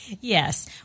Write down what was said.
Yes